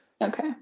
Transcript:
Okay